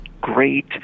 great